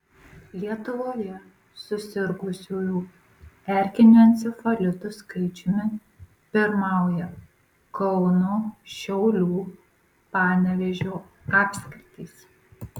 lietuvoje susirgusiųjų erkiniu encefalitu skaičiumi pirmauja kauno šiaulių panevėžio apskritys